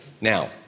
Now